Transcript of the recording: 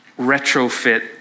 retrofit